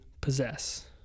possess